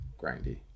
grindy